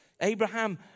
Abraham